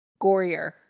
gorier